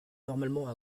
normalement